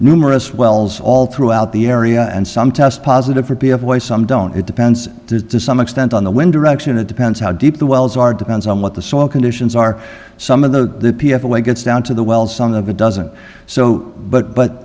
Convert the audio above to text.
numerous wells all throughout the area and some test positive for p a voice some don't it depends to some extent on the wind direction it depends how deep the wells are depends on what the soil conditions are some of the p f away gets down to the well some of it doesn't so but but